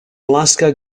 alaska